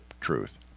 truth